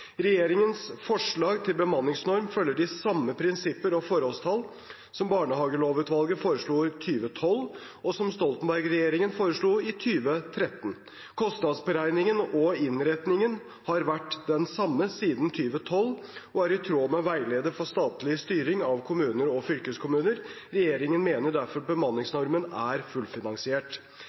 Regjeringens forslag til bemanningsnorm følger de samme prinsipper og forholdstall som barnehagelovutvalget foreslo i 2012, og som Stoltenberg-regjeringen foreslo i 2013. Kostnadsberegningen og innretningen har vært den samme siden 2012 og er i tråd med veilederen om statlig styring av kommuner og fylkeskommuner. Regjeringen mener derfor at bemanningsnormen er fullfinansiert.